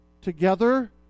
together